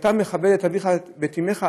שכשאתה מכבד את אביך ואת אמך,